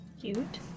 Cute